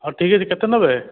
ହଉ ଠିକ୍ ଅଛି କେତେ ନବେ